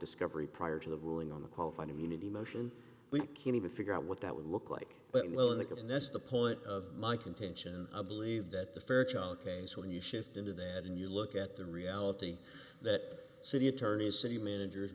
discovery prior to the ruling on the qualified immunity motion we can't even figure out what that would look like but i'm willing to give in this the point of my contention a believe that the fairchild plays when you shift into that and you look at the reality that city attorneys city managers